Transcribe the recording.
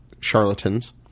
charlatans